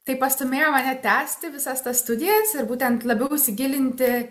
tai pastūmėjo mane tęsti visas tas studijas ir būtent labiau įsigilinti